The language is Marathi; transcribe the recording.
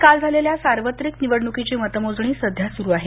श्रीलंकेत काल झालेल्या सार्वत्रिक निवडणूकीची मतमोजणी सध्या सुरु आहे